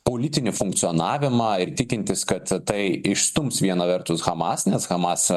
politinį funkcionavimą ir tikintis kad tai išstums viena vertus hamas nes hamas